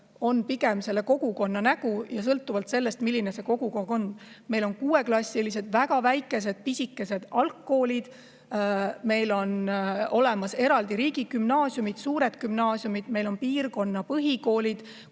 on pigem kogukonna nägu. Ja sõltuvalt sellest, milline on kogukond, on meil 6-klassilised, väga pisikesed algkoolid, meil on olemas eraldi riigigümnaasiumid, suured gümnaasiumid, meil on piirkonna põhikoolid